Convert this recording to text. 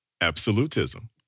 absolutism